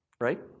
Right